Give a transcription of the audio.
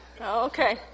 Okay